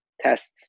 tests